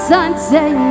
Sunday